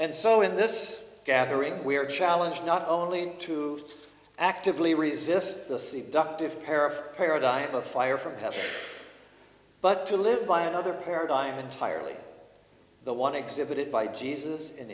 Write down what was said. and so in this gathering we are challenge not only to actively resist the seat ducked of paraffin paradigm of fire from heaven but to live by another paradigm entirely the one exhibited by jesus